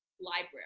library